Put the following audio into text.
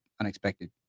unexpected